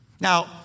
Now